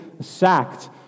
sacked